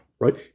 Right